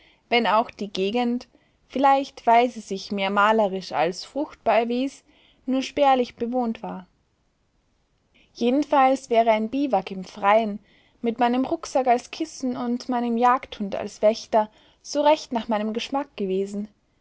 wenn auch die gegend vielleicht weil sie sich mehr malerisch als fruchtbar erwies nur spärlich bewohnt war jedenfalls wäre ein biwak im freien mit meinem rucksack als kissen und meinem jagdhund als wächter so recht nach meinem geschmack gewesen